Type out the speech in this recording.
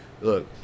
look